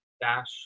dash